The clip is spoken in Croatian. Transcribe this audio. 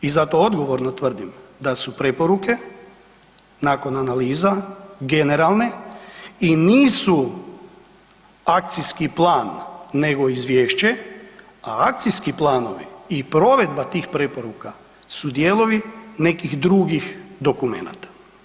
I zato odgovorno tvrdimo da su preporuke nakon analiza generalne i nisu akcijski plan nego izvješće a akcijski planovi i provedba tih preporuka su dijelovi nekih drugih dokumenata.